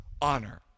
honor